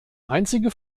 einzige